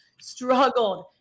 struggled